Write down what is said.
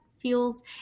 feels